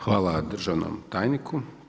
Hvala državnom tajniku.